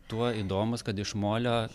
tuo įdomus kad iš molio